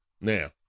Now